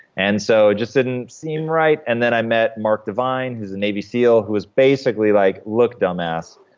and so it just didn't seem right, and then i met mark divine who's a navy seal, who is basically like, look, dumbass.